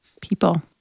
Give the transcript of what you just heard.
people